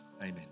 amen